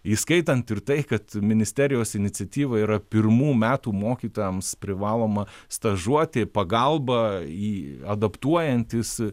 įskaitant ir tai kad ministerijos iniciatyva yra pirmų metų mokytojams privaloma stažuotė pagalba į adaptuojantis